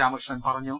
രാമകൃഷ്ണൻ പറഞ്ഞു